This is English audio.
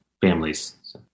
families